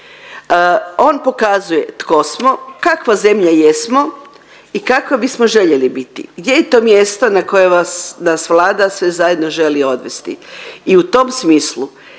On pokazuje tko smo, kakva zemlja jesmo i kakva bismo željeli biti. Gdje je to mjesto na koje nas Vlada sve zajedno želi odvesti i u tom smislu